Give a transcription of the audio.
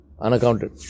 Unaccounted